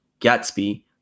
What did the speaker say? gatsby